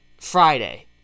Friday